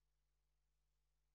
בליאק.